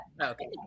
Okay